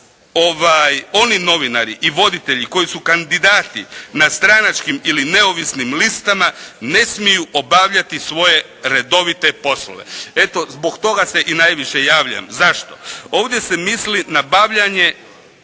oni novinari i voditelji koji su kandidati na stranačkim ili neovisnim listama ne smiju obavljati svoje redovite poslove. Eto, zbog toga se i najviše javljam. Zašto? Ovdje se misli na obavljanje